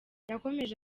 yakomeje